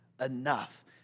enough